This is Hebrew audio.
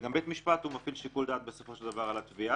וגם בית המשפט מפעיל שיקול דעת בסופו של דבר על התביעה,